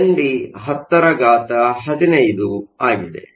N D 1015 ಆಗಿದೆ